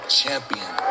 champion